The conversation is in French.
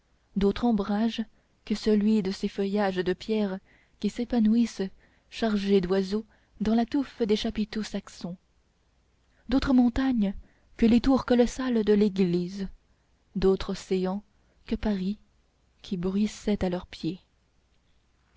d'autre ombrage que celui de ces feuillages de pierre qui s'épanouissent chargés d'oiseaux dans la touffe des chapiteaux saxons d'autres montagnes que les tours colossales de l'église d'autre océan que paris qui bruissait à leurs pieds